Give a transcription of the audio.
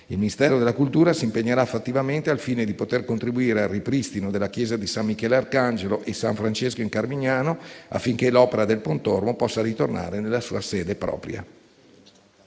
Il Ministero della cultura si impegnerà fattivamente al fine di poter contribuire al ripristino della chiesa di San Michele Arcangelo e San Francesco in Carmignano, affinché l'opera del Pontormo possa ritornare nella sua sede propria.